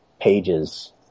pages